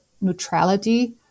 neutrality